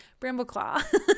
Brambleclaw